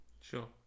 Sure